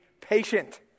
patient